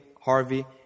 Harvey